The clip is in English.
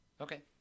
Okay